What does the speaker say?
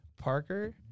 Parker